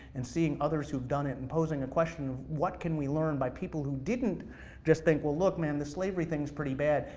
and seeing others who have done it, and posing a question of what can we learn by people who didn't just think, well look man, the slavery thing's pretty bad,